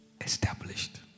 established